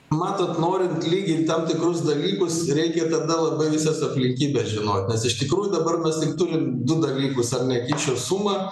matot norint lygint tam tikrus dalykus reikia tada labai visas aplinkybes žinot nes iš tikrųjų dabar mes tik turim du dalykus ar ne kyšio sumą